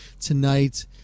tonight